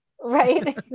Right